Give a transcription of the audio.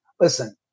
Listen